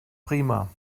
prima